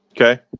okay